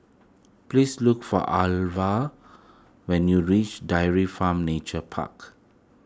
please look for Alva when you reach Dairy Farm Nature Park